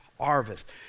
harvest